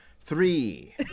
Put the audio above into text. Three